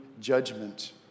judgment